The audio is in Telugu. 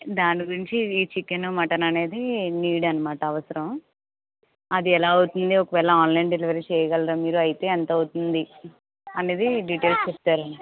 దాని గురించి ఈ చికెను మటన్ అనేది నీడ్ అన్నమాట అవసరం అది ఎలా అవుతుంది ఒకవేళ ఆన్లైన్ డెలివరీ చేయగలరా మీరు అయితే ఎంత అవుతుంది అనేది డీటెయిల్స్ చెప్తారని